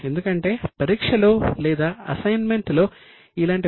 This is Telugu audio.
ఎందుకంటే పరీక్షలో లేదా అసైన్మెంట్లో ఇలాంటి ప్రశ్నలు అడగవచ్చు